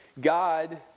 God